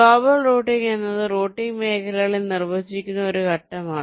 global routing എന്നത് routing മേഖലകൾ നിർവ്വചിക്കുന്ന ഒരു ഘട്ടമാണ്